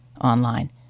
online